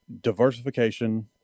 diversification